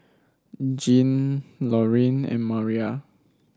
Jeanne Lorene and Mariah